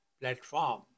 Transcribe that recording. platform